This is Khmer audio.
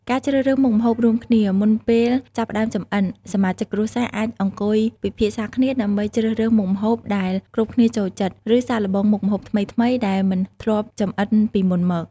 ការជ្រើសរើសមុខម្ហូបរួមគ្នា មុនពេលចាប់ផ្តើមចម្អិន សមាជិកគ្រួសារអាចអង្គុយពិភាក្សាគ្នាដើម្បីជ្រើសរើសមុខម្ហូបដែលគ្រប់គ្នាចូលចិត្ត ឬសាកល្បងមុខម្ហូបថ្មីៗដែលមិនធ្លាប់ចម្អិនពីមុនមក ។